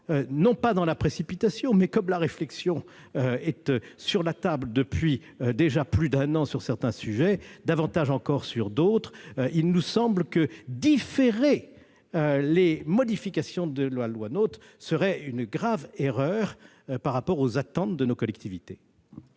mais sans précipitation, puisque la réflexion est sur la table depuis déjà plus d'un an sur certains sujets, voire plus sur d'autres. En effet, il nous semble que le fait de différer les modifications de la loi NOTRe serait une grave erreur par rapport aux attentes de nos collectivités.